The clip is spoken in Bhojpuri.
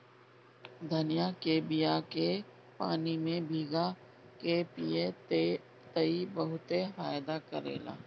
धनिया के बिया के पानी में भीगा के पिय त ई बहुते फायदा करेला